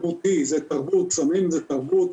סמים הם תרבות,